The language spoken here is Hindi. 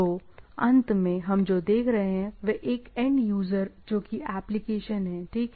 तो अंत में हम जो देख रहे हैं वह एक एंड यूजर जोकि एप्लीकेशन है ठीक है